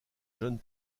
john